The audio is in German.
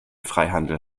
freihandel